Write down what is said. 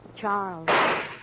Charles